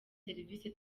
serivisi